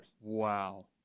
Wow